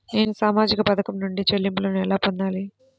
నేను సామాజిక పథకం నుండి చెల్లింపును ఎలా పొందాలి?